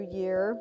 year